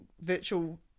virtual